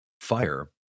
fire